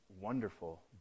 wonderful